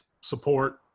support